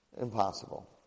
Impossible